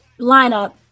lineup